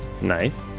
nice